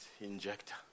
injector